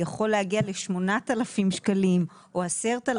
ויכול להגיע ל-8,000 שקלים או 10,000